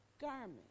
garment